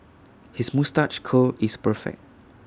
his moustache curl is perfect